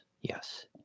yes